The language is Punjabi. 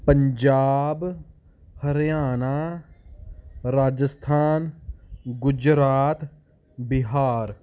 ਪੰਜਾਬ ਹਰਿਆਣਾ ਰਾਜਸਥਾਨ ਗੁਜਰਾਤ ਬਿਹਾਰ